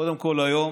קודם כול, היום